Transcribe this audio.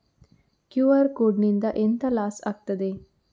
QR code ನಿಂದ ಎಂತ loss ಆಗ್ತದೆ?